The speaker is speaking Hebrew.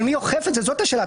זאת השאלה.